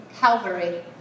Calvary